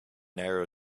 narrow